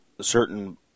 certain